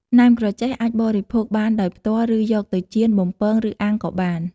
ណែមក្រចេះអាចបរិភោគបានដោយផ្ទាល់ឬយកទៅចៀន បំពង ឬអាំងក៏បាន។